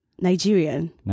Nigerian